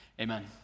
Amen